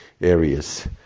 areas